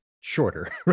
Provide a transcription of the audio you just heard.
shorter